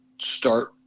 Start